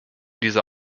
dieser